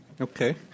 Okay